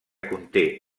conté